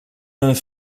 een